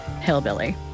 hillbilly